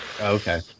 Okay